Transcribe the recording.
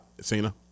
Cena